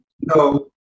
no